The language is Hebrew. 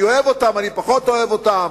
אני אוהב אותם, אני פחות אוהב אותם.